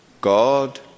God